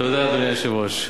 תודה, אדוני היושב-ראש.